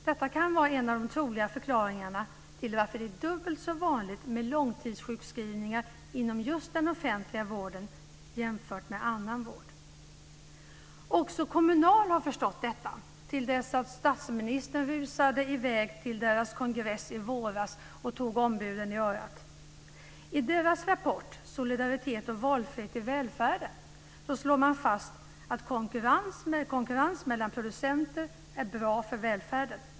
Detta kan vara en av de troliga förklaringarna till varför det är dubbelt så vanligt med långtidssjukskrivningar inom den offentliga vården, jämfört med annan vård. Också Kommunal har förstått detta, till dess att statsministern rusade i väg till dess kongress i våras och tog ombuden i örat. I Kommunals rapport, Solidaritet och valfrihet i välfärden, slår man fast att konkurrens mellan producenter är bra för välfärden.